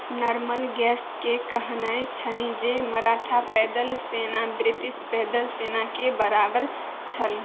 normal गैसके कहनाइ छनि जे मराठा पैदल सेना ब्रिटिश पैदल सेनाके बराबर छल